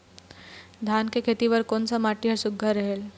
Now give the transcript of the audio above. धान के खेती बर कोन सा माटी हर सुघ्घर रहेल?